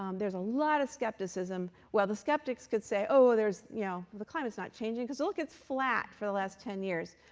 um there's a lot of skepticism. well, the skeptics could say, oh, you know the climate's not changing, because look, it's flat for the last ten years.